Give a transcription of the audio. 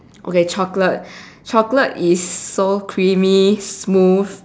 okay chocolate chocolate is so creamy smooth